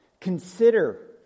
Consider